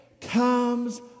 comes